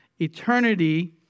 eternity